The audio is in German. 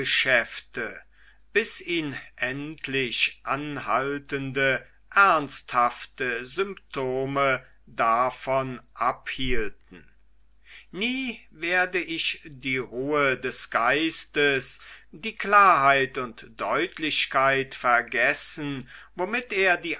bis ihn endlich anhaltende ernsthafte symptome davon abhielten nie werde ich die ruhe des geistes die klarheit und deutlichkeit vergessen womit er die